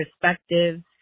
perspectives